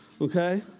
okay